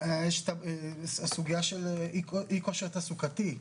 יש את הסוגיה של אי-כושר תעסוקתי.